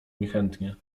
niechętnie